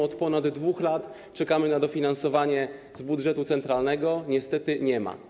Od ponad 2 lat czekamy na dofinansowanie z budżetu centralnego, niestety go nie ma.